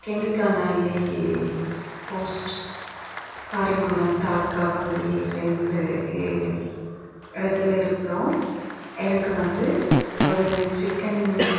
Gindiganalli post Karimangalam taluka பகுதியை சேர்ந்த எ இடத்துல இருக்கிறோம் எனக்கு வந்து ஒரு சிக்கன்